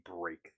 break